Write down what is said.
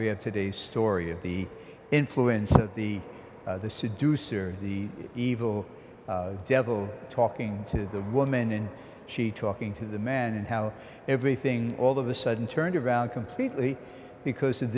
we have today's story of the influence of the seducer the evil devil talking to the woman and she talking to the man and how everything all of a sudden turned around completely because of